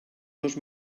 dos